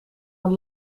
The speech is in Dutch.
een